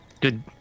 Good